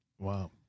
Wow